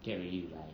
get ready to die